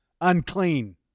Unclean